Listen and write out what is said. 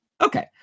Okay